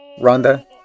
Rhonda